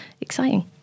exciting